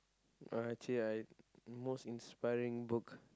actually I most inspiring book